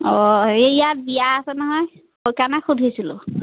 অঁ হেৰি ইয়াত বিয়া আছে নহয় সেইকাৰণে সুধিছিলোঁ